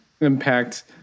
impact